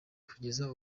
kugeza